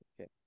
Okay